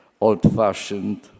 old-fashioned